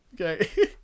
okay